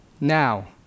Now